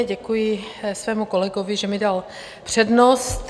Děkuji svému kolegovi, že mi dal přednost.